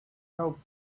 held